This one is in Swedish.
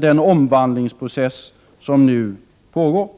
den omvandlingsprocess som nu pågår.